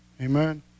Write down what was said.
Amen